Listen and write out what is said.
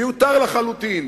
מיותר לחלוטין.